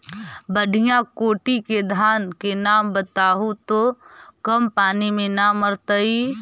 बढ़िया कोटि के धान के नाम बताहु जो कम पानी में न मरतइ?